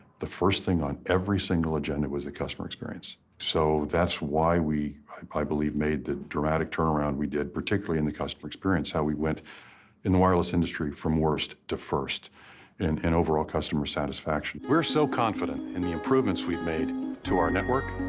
the first thing on every single agenda was the customer experience. so that's why we, i believe, made the dramatic turnaround we did particularly in the customer experience, how we went in the wireless industry from worst to first and in overall customer satisfaction. we're so confident in the improvements we've made to our network,